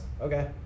Okay